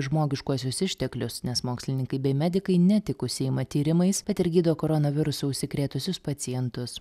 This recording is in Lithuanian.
žmogiškuosius išteklius nes mokslininkai bei medikai ne tik užsiima tyrimais bet ir gydo koronavirusu užsikrėtusius pacientus